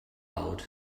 out